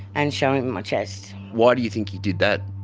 and show him my chest. why do you think he did that?